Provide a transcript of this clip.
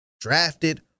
drafted